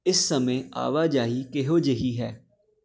ਇਸ ਸਮੇਂ ਆਵਾਜਾਈ ਕਿਹੋ ਜਿਹੀ ਹੈ